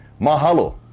Mahalo